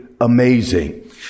amazing